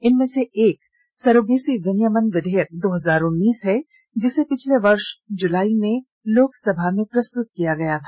इनमें से एक सरोगेसी विनियमन विधेयक दो हजार उन्नीस है जिसे पिछले वर्ष जुलाई में लोकसभा में प्रस्तुत किया गया था